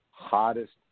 hottest